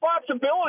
responsibility